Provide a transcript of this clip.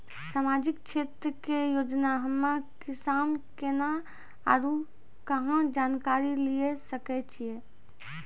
समाजिक क्षेत्र के योजना हम्मे किसान केना आरू कहाँ जानकारी लिये सकय छियै?